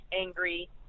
angry